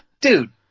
dude